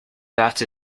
that